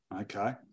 Okay